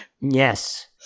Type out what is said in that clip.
Yes